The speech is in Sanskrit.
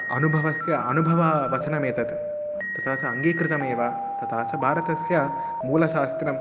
अनुभवस्य अनुभवः वचनमेतत् तथा च अङ्गीकृतमेव तथा च भारतस्य मूलशास्त्रम्